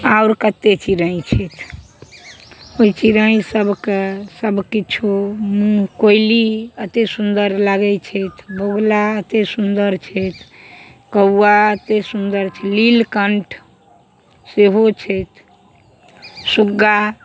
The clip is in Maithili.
आओर कते चिड़य छथि ओइ चिड़य सभके सभकिछो मुँह कोइली अते सुन्दर लागय छथि बोगला एते सुन्दर छथि कौआ एते सुन्दर छै नीलकण्ठ सेहो छथि सुग्गा